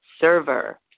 server